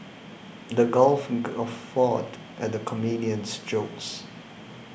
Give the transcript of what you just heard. the crowd guffawed at the comedian's jokes